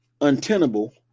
untenable